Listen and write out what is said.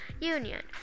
Union